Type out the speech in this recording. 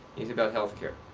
he's about healthcare.